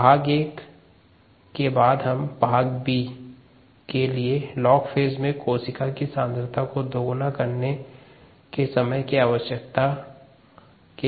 भाग b के लिए लॉग फेज में कोशिका की सांद्रता को दोगुना करने के समय की आवश्यकता है